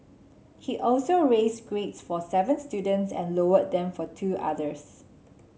he also raised grades for seven students and lowered them for two others